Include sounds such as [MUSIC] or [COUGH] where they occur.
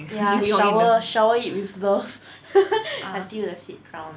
ya shower shower it with love [LAUGHS] until the seed drown